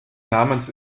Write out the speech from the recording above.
namens